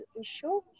issue